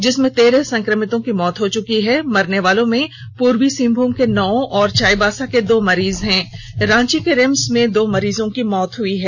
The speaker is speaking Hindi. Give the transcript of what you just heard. जिसमें तेरह संक्रमितों की मौत हो चुकी है मरने वालों में पूर्वी सिंहभूम के नौ और चाईबासा के दो मरीज हैं रांची के रिम्स में दो मरीजों की मौत हुई है